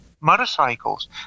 motorcycles